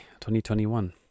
2021